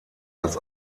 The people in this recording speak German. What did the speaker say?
als